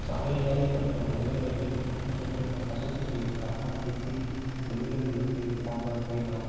சமையலறை மற்றும் கழிவறைகளில் அசுத்தமாக அசுத்தம் செய்யும் கரப்பான் பூச்சி எலிகள் இவற்றை போன்றவற்றை நாம்